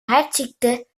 hartziekten